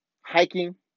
hiking